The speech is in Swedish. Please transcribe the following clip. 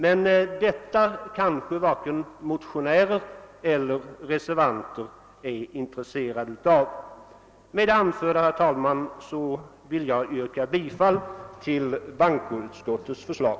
Men detta kanske varken motionärer eller reservanter är intresserade av. Med det anförda, herr talman, vill jag yrka bifall till bankoutskottets förslag.